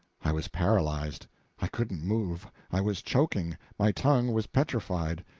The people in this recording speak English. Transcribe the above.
i was paralyzed i couldn't move, i was choking, my tongue was petrified.